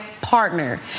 partner